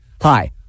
Hi